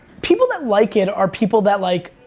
people that like it are people that like,